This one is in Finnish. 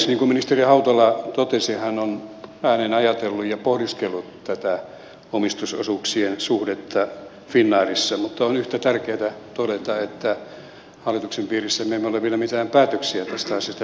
niin kuin ministeri hautala totesi hän on ääneen ajatellut ja pohdiskellut tätä omistusosuuksien suhdetta finnairissa mutta on yhtä tärkeätä todeta että hallituksen piirissä me emme ole vielä mitään päätöksiä tästä asiasta tehneet